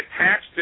attached